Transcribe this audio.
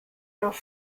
noch